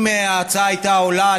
אם ההצעה הייתה עולה,